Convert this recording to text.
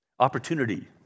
Opportunity